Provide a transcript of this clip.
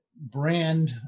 brand